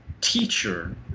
teacher